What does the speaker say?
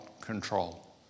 control